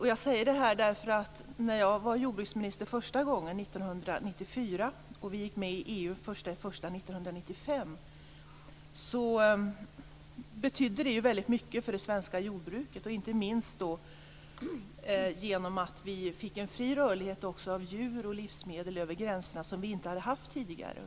Jag säger detta därför att när jag var jordbruksminister första gången, 1994, och vi gick med i EU den 1 januari 1995, betydde det väldigt mycket för det svenska jordbruket, inte minst genom att vi fick en fri rörlighet av djur och livsmedel över gränserna som vi inte hade haft tidigare.